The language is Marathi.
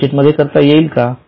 बॅलन्स शीट मध्ये करता येईल का